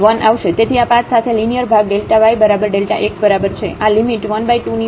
તેથી આ પાથ સાથે લીનીઅર ભાગ Δ y બરાબર Δ x બરાબર છે આ લિમિટ 1 બાય 2 ની બરાબર છે